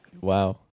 Wow